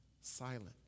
silent